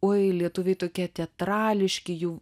oi lietuviai tokie teatrališki jų